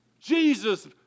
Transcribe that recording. Jesus